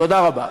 תודה רבה.